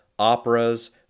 operas